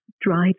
drive